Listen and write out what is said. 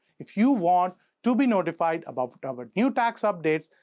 if you want to be notified about our new tax updates,